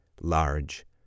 large